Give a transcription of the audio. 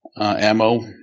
ammo